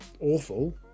awful